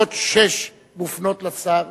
לפחות שש מופנות לשר.